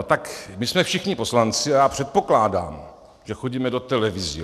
My jsme všichni poslanci a já předpokládám, že chodíme do televizí.